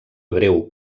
breu